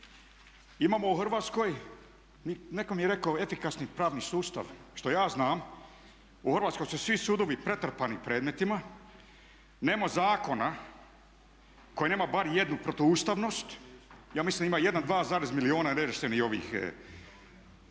imamo u Hrvatskoj netko mi je rekao efikasni pravni sustav. Što ja znam u Hrvatskoj su svi sudovi pretrpani predmetima, nema zakona koji nema bar jednu protuustavnost. Ja mislim da ima 1, 2 milijuna …/Govornik